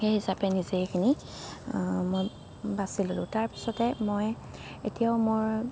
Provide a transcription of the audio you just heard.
সেই হিচাপে নিজেই সেইখিনি মই বাচি ল'লোঁ তাৰ পিছতে মই এতিয়াও মোৰ